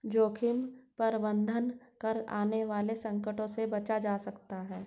जोखिम प्रबंधन कर आने वाले संकटों से बचा जा सकता है